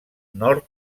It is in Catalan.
nord